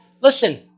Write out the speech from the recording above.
Listen